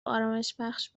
آرامشبخش